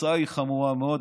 התוצאה היא חמורה מאוד.